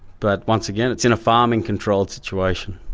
but once again, it's in a farming controlled situation.